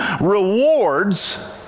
rewards